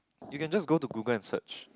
you can just go to google and search